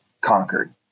conquered